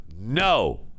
no